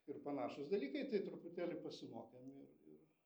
ir panašūs dalykai tai truputėlį pasimokėm ir ir